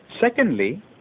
secondly